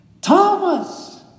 Thomas